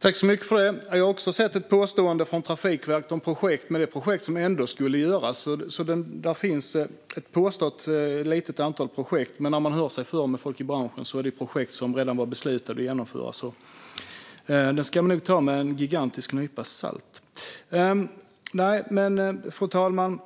Fru talman! Jag har också sett ett påstående från Trafikverket om projekt, men det är projekt som ändå skulle genomföras. Det påstås finnas ett litet antal projekt, men när man hör sig för med folk i branschen får man veta att det är projekt som det redan beslutats att genomföra. Så detta ska man nog ta med en gigantisk nypa salt. Fru talman!